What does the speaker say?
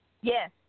Yes